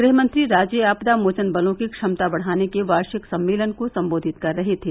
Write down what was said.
गृह मंत्री राज्य आपदा मोचन बलों की क्षमता बढ़ाने के वार्षिक सम्मेलन को संबोधित कर रहे थे